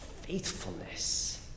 faithfulness